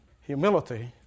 Humility